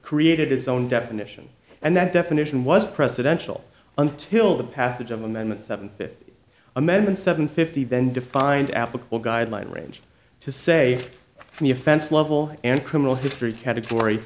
created its own definition and that definition was presidential until the passage of amendment seven amendment seven fifty then defined applicable guideline range to say the offense level and criminal history category